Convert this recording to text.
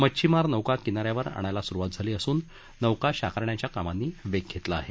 मच्छिमार नौका किनाऱ्यावर आणायला सुरुवात झाली असून नौका शाकारण्याच्या कामांनी वेग घेतला आहे